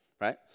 right